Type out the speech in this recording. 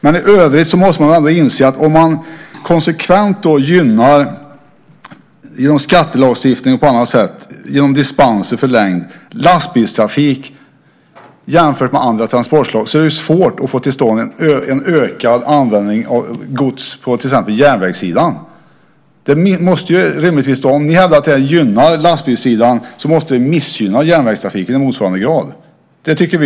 I övrigt måste man inse att om man konsekvent gynnar lastbilstrafik, genom skattelagstiftning, förlängda dispenser och på annat sätt, jämfört med andra transportslag är det svårt att få till stånd en ökad användning av gods på till exempel järnvägssidan. Om ni menar att det gynnar lastbilssidan, måste det rimligtvis missgynna järnvägstrafiken i motsvarande grad.